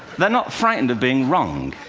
they're not frightened of being wrong.